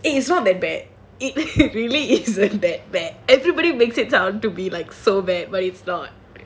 eh it's not that bad it really isn't that bad everyone makes it sound to be so bad but it's not